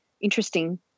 interesting